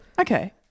Okay